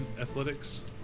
Athletics